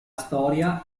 storia